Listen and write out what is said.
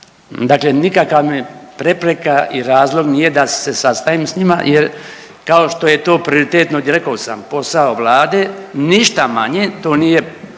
dakle nikakva prepreka i razlog nije da se sastajem s njima jer kao što je to prioritetno, ovdje rekao sam posao Vlade, ništa manje to nije